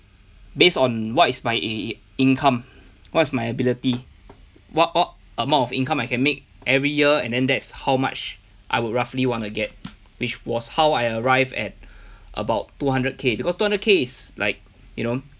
based on what is my in~ income what's my ability what what amount of income I can make every year and then that's how much I would roughly wanna get which was how I arrived at about two hundred K because two hundred K is like you know